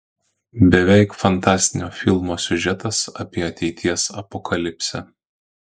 beveik fantastinio filmo siužetas apie ateities apokalipsę